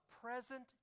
present